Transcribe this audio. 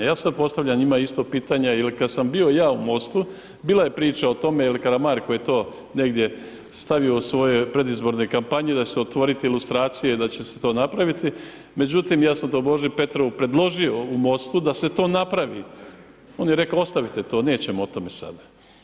Ja sad postavljam njima isto pitanje jer kad sam bio ja u MOST-u, bilo je priča o tome, Karamarko je to negdje stavio u svojoj predizbornoj kampanji, da će se otvoriti lustracije, da će se to napraviti, međutim ja sam to Boži Petrovu predložio u MOST-u da se to napravi, on je rekao „ostavite, nećemo o tome sad“